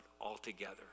altogether